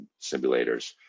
simulators